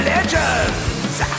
Legends